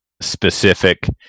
specific